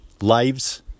lives